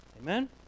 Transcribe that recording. Amen